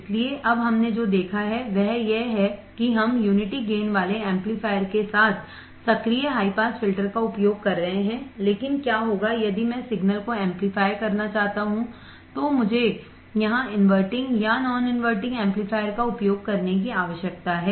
इसलिए अब हमने जो देखा है वह यह है कि हम यूनिटी गेन वाले एम्पलीफायर के साथ सक्रिय हाई पास फिल्टर का उपयोग कर रहे हैं लेकिन क्या होगा यदि मैं सिग्नल को एंपलीफाय करना चाहता हूं तो मुझे यहां inverting या non inverting एम्पलीफायरका उपयोग करने की आवश्यकता है